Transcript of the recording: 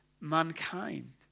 mankind